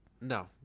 No